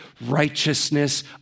righteousness